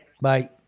Bye